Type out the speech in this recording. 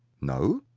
no?